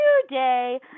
today